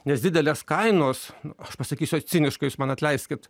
nes didelės kainos aš pasakysiu ciniškai jūs man atleiskit